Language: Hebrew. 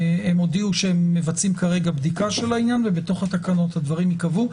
הם הודיעו שהם מבצעים כרגע בדיקה של העניין ובתוך התקנות הדברים ייקבעו.